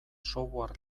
software